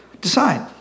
Decide